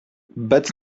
but